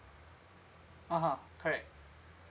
ah ha correct